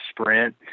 sprint